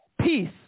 Peace